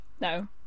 No